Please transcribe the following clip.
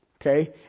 okay